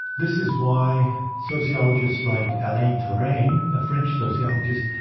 this is why sociologists like alain touraine, a french sociologist,